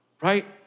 right